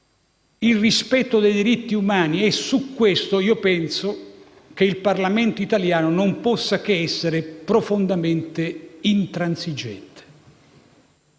il rispetto dei diritti umani, e su questo io penso che il Parlamento italiano non possa che essere profondamente intransigente.